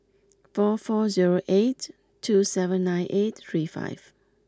four four zero eight two seven nine eight three five